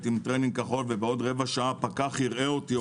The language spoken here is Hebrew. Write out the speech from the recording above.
עם טרנינג כחול ובעוד רבע שעה פקח יראה אותי-